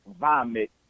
vomit